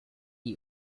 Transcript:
eat